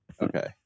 Okay